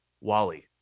Wally